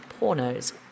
pornos